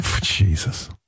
Jesus